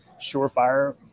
surefire